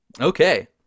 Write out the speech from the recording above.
Okay